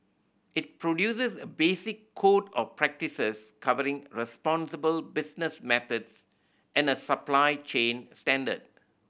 it produces a basic code of practices covering responsible business methods and a supply chain standard